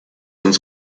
uns